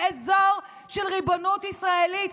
באזור של ריבונות ישראלית.